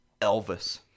Elvis